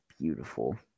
beautiful